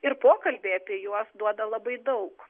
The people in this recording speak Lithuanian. ir pokalbiai apie juos duoda labai daug